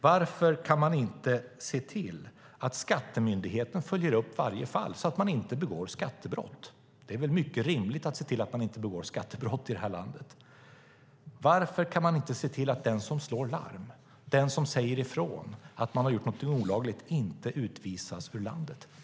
Varför kan ni inte se till att Skatteverket följer upp varje fall så det inte begås skattebrott? Det är väl rimligt att se till att ingen begår skattebrott i det här landet. Varför kan ni inte se till att den som slår larm när något olagligt gjorts inte utvisas ur landet?